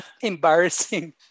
embarrassing